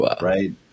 right